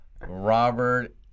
robert